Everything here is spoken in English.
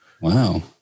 Wow